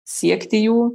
siekti jų